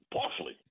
Partially